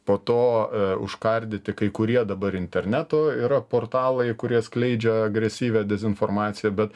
po to užkardyti kai kurie dabar interneto yra portalai kurie skleidžia agresyvią dezinformaciją bet